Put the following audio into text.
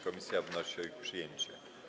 Komisja wnosi o ich przyjęcie.